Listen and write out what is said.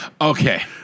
Okay